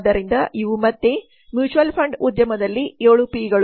ಆದ್ದರಿಂದ ಇವು ಮತ್ತೆ ಮ್ಯೂಚುವಲ್ ಫಂಡ್ ಉದ್ಯಮದಲ್ಲಿ 7 ಪಿ ಗಳು